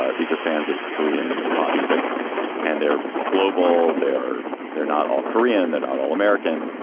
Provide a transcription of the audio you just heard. ah these are fans of korean pop music and they're global. they're they're not all korean, they're not all american.